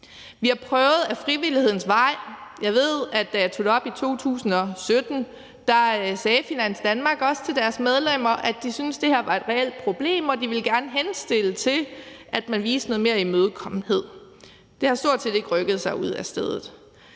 Vi har prøvet ad frivillighedens vej. Jeg ved, at da jeg tog det op i 2017, sagde Finans Danmark også til deres medlemmer, at de syntes, at det her var et reelt problem, og at de gerne ville henstille til, at man viste noget mere imødekommenhed. Det har stort set ikke rykket ved noget.